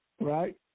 right